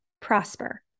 prosper